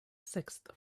sixth